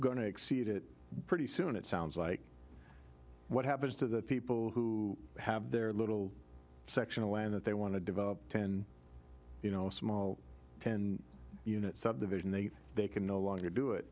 going to exceed it pretty soon it sounds like what happens to the people who have their little section of land that they want to develop ten you know small ten unit subdivision they they can no longer do it